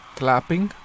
clapping